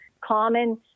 common